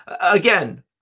again